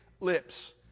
lips